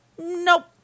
Nope